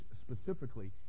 specifically